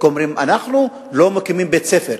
כי אומרים: אנחנו לא מקימים בית-ספר.